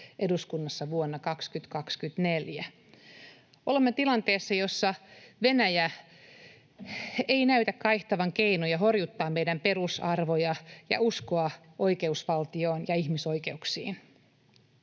eduskunnassa vuonna 2024. Olemme tilanteessa, jossa Venäjä ei näytä kaihtavan keinoja horjuttaa meidän perusarvojamme ja uskoa oikeusvaltioon ja ihmisoikeuksiin.